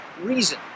reason